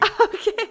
Okay